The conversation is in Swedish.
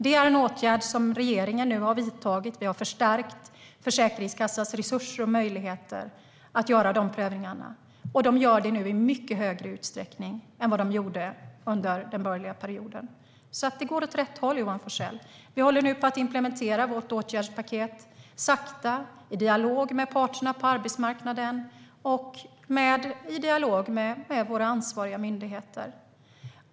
Regeringen har nu vidtagit åtgärder mot detta och förstärkt Försäkringskassans resurser och möjligheter att göra dessa prövningar, och de gör det nu i mycket större utsträckning än vad de gjorde under den borgerliga perioden. Det går alltså åt rätt håll, Johan Forssell. Vi håller nu sakta på att implementera vårt åtgärdspaket i dialog med parterna på arbetsmarknaden och i dialog med våra ansvariga myndigheter.